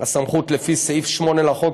הסמכות לפי סעיף 8 לחוק,